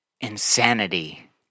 Insanity